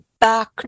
back